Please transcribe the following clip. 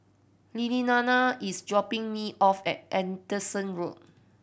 Lillianna is dropping me off at Anderson Road